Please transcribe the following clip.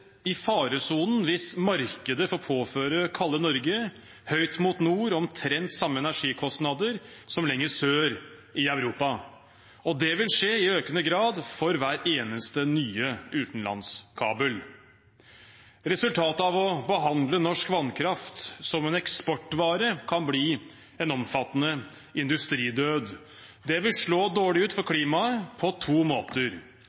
i faresonen hvis markedet får påføre kalde Norge, høyt mot nord, omtrent samme energikostnader som landene lenger sør i Europa. Og det vil skje i økende grad for hver eneste nye utenlandskabel. Resultatet av å behandle norsk vannkraft som en eksportvare kan bli en omfattende industridød. Det vil slå dårlig ut for klimaet på to måter: